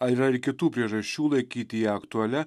ar yra ir kitų priežasčių laikyti ją aktualia